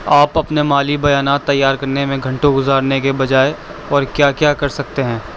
آپ اپنے مالی بیانات تیار کرنے میں گھنٹوں گزارنے کے بجائے اور کیا کیا کر سکتے ہیں